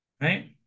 right